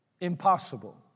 impossible